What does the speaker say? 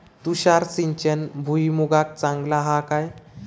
तुषार सिंचन भुईमुगाक चांगला हा काय?